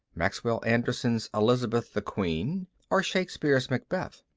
maxwell anderson's elizabeth the queen or shakespeare's macbeth?